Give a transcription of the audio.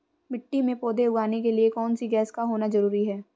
मिट्टी में पौधे उगाने के लिए कौन सी गैस का होना जरूरी है?